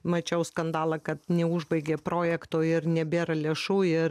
mačiau skandalą kad neužbaigė projekto ir nebėra lėšų ir